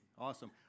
awesome